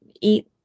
eat